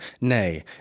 nay